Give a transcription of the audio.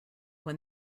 when